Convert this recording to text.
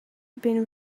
been